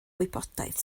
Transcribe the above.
wybodaeth